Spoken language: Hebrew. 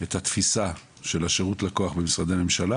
את התפיסה של שירות לקוח במשרדי הממשלה